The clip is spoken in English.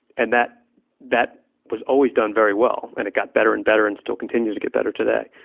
and that that was always done very well, and it got better and better and still continues to get better today.